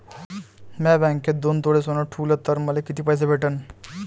म्या बँकेत दोन तोळे सोनं ठुलं तर मले किती पैसे भेटन